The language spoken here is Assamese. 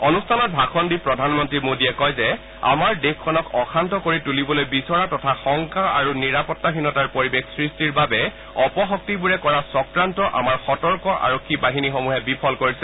অনুষ্ঠানত ভাষণ দি প্ৰধানমন্ত্ৰী মোদীয়ে কয় যে আমাৰ দেশখনক অশান্ত কৰি তুলিবলৈ বিচৰা তথা শংকা আৰু নিৰাপত্তাহীনতাৰ পৰিবেশ সৃষ্টিৰ বাবে অপশক্তিবোৰে কৰা চক্ৰান্ত আমাৰ সতৰ্ক আৰক্ষী বাহিনীসমূহে বিফল কৰিছে